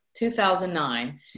2009